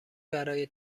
برای